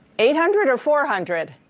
eight hundred or four hundred?